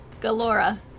galora